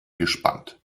gespannt